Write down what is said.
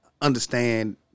understand